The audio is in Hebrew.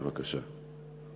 בבקשה.